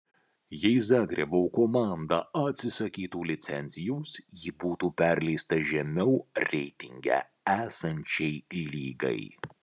jei zagrebo komanda atsisakytų licencijos ji būtų perleista žemiau reitinge esančiai lygai